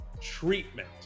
treatment